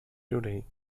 today